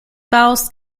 baust